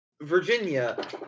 Virginia